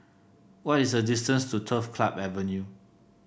what is the distance to Turf Club Avenue